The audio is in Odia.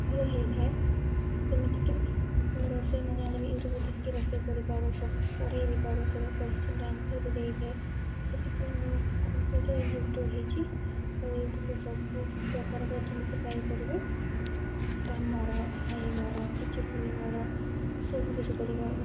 ଭଲ ହେଇଥାଏ ଯେମିତିକି ଆମେ ରୋଷେଇ ନ ଜାଣିବି ୟୁଟ୍ୟୁବ୍ ଦେଖିକି ରୋଷେଇ କରିପାରୁ ସବୁ ପଢ଼ାଇ ବି ପାରୁ ସବୁ କୋଶ୍ଚିନ୍ର ଆନ୍ସର୍ ବି ଦେଇଥାଏ ସେଥିପାଇଁ ମୁଁ ଖୁସି ୟୁଟ୍ୟୁବ୍ ହେଇଛି ଆଉ ୟୁଟ୍ୟୁବ୍ରେ ସବୁ ପ୍ରକାରର ଜିନିଷ ପାଇପାରିବେ କାମର ଖାଇବାର କିଛି ବୁଲିବାର ସବୁ କିଛି କରିପାରୁ